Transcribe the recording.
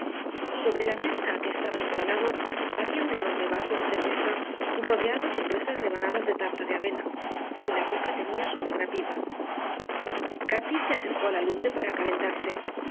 sobre la mesa a que estaba instalado había un enorme vaso de cerveza rodeado de gruesas rebanadas de tarta de avena y en la boca tenía su negra pipa cati se acercó a la lumbre para calentarse